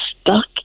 stuck